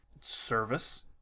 service